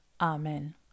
Amen